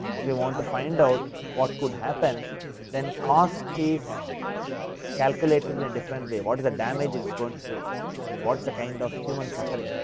if you want to find out what could happen then cost is calculated in different way, what is the damage is is going create and what is the kind of human suffering.